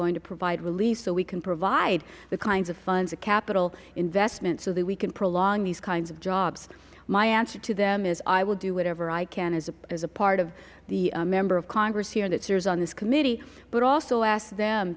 going to provide relief so we can provide the kinds of funds the capital investment so that we can prolong these kinds of jobs my answer to them is i will do whatever i can as a part of a member of congress here and that serves on this committee but also ask them